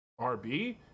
RB